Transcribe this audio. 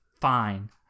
Fine